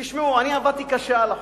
תשמעו, אני עבדתי קשה על החוק.